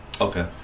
Okay